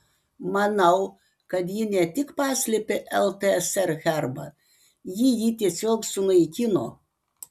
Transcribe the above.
manau kad ji ne tik paslėpė ltsr herbą ji jį tiesiog sunaikino